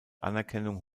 anerkennung